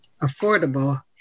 affordable